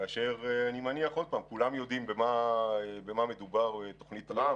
כשאני מניח שכולם יודעים במה מדובר בתוכנית טראמפ.